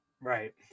right